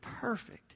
perfect